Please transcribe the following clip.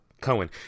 Cohen